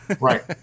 Right